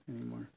anymore